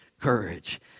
courage